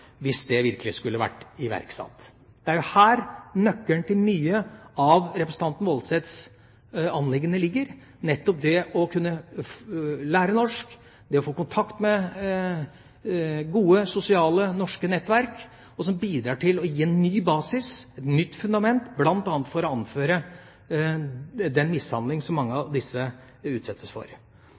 hvis det virkelig skulle vært iverksatt. Det er jo her nøkkelen til mye av representanten Woldseths anliggende ligger: nettopp det å kunne lære norsk, det å få kontakt med gode sosiale norske nettverk, noe som bidrar til å gi en ny basis, et nytt fundament, bl.a. for å anføre den mishandling som mange av disse utsettes for.